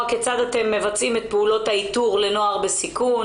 כיצד אתם מבצעים את פעולות האיתור לנוער בסיכון,